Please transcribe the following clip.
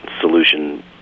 solution